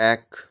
এক